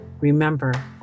remember